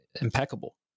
impeccable